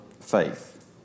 faith